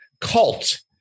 cult